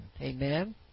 Amen